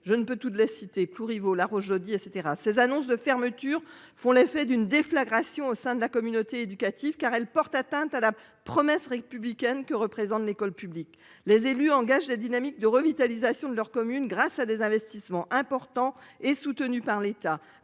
Je ne peux tout de la cité pour Ivo la Roche dit et cetera. Ces annonces de fermetures font l'effet d'une déflagration au sein de la communauté éducative car elle porte atteinte à la promesse républicaine que représente l'école publique, les élus engagent la dynamique de revitalisation de leur commune grâce à des investissements importants et soutenu par l'État